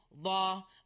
law